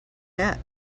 hat